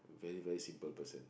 very very simple person